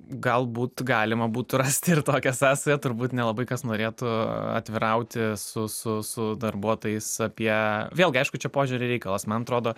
galbūt galima būtų rasti ir tokią sąsają turbūt nelabai kas norėtų atvirauti su su su darbuotojais apie vėlgi aišku čia požiūrio reikalas man atrodo